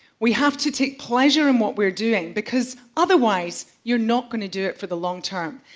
we have to take pleasure in what we are doing because otherwise you're not going to do it for the long term.